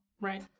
Right